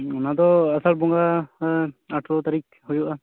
ᱚᱱᱟ ᱫᱚ ᱟᱥᱟᱲ ᱵᱚᱸᱜᱟ ᱟᱴᱷᱚᱨᱚ ᱛᱟᱹᱨᱤᱠ ᱦᱩᱭᱩᱜᱼᱟ